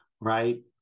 right